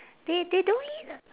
they they don't eat